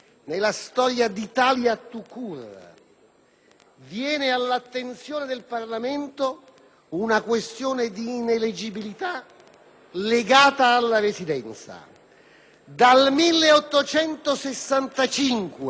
viene all'attenzione del Parlamento una questione di ineleggibilità legata alla residenza. Dal 1865 al 2001